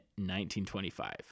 1925